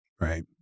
Right